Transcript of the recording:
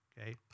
okay